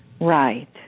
Right